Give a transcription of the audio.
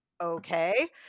okay